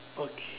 okay